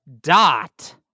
dot